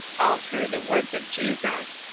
all through the words of jesus.